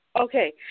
Okay